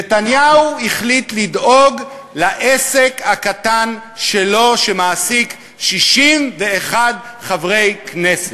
נתניהו החליט לדאוג לעסק הקטן שלו שמעסיק 61 חברי כנסת.